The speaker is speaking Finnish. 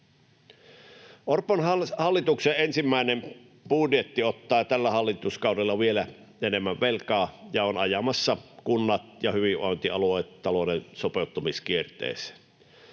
Orpon hallituksen ensimmäinen budjetti ottaa tällä hallituskaudella vielä enemmän velkaa ja on ajamassa kunnat ja hyvinvointialueet talouden sopeuttamiskierteeseen,